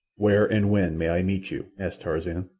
where and when may i meet you? asked tarzan.